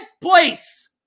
place